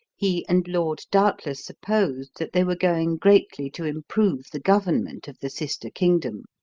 he and laud doubtless supposed that they were going greatly to improve the government of the sister kingdom.